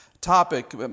topic